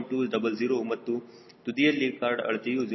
200 ಮತ್ತು ತುದಿಯಲ್ಲಿ ಕಾರ್ಡ್ ಅಳತೆಯು 0